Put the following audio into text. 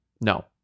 no